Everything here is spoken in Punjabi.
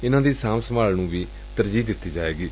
ਇਨੁਾਂ ਦੀ ਸਾਂਭ ਸੰਭਾਲ ਨੂੰ ਵੀ ਤਰਜੀਹ ਦਿੱਤੀ ਜਾਏਗੀ